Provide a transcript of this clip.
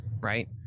right